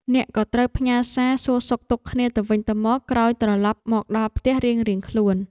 អ្នកក៏ត្រូវផ្ញើសារសួរសុខទុក្ខគ្នាទៅវិញទៅមកក្រោយត្រឡប់មកដល់ផ្ទះរៀងៗខ្លួន។